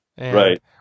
Right